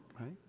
right